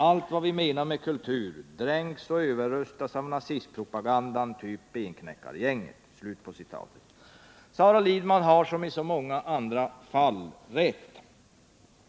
Allt vad vi menar med kultur dränks och överröstas av nazistpropagandan, typ Benknäckargänget.” Sara Lidman har, som i så många andra fall, rätt.